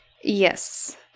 Yes